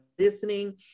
Listening